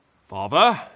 Father